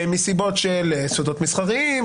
מסיבות של סודות מסחריים,